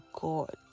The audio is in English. God